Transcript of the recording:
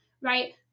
right